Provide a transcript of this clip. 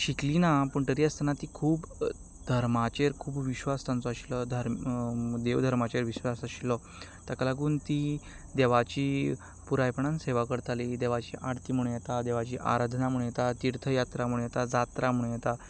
शिकलीं ना पूण तरी आसतना तीं खूब धर्मांचेर खूब विश्वास तांचो आशिल्लो देव धर्मंचेर विश्वास आशिल्लो ताका लागून तीं देवाची पुरायपणान सेवा करतालीं देवाची आर्थी म्हणू याता देवाची आराधना म्हणू येता तिर्थ यात्रा म्हणू येता जात्रा म्हणू येता